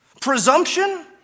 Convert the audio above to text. Presumption